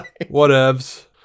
Whatevs